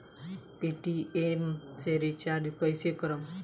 Paytm से recharge कईसे करम?